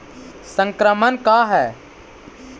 संक्रमण का है?